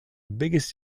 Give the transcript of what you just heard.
biggest